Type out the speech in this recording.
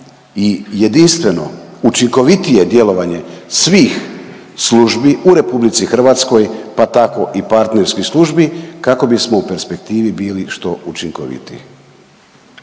i jedinstveno učinkovitije djelovanje svih službi u RH pa tako i partnerskih službi kako bismo u perspektivi bili što učinkovitiji.